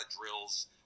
drills